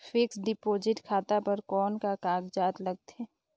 Fixed deposit खाता बर कौन का कागजात लगथे?